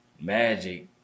Magic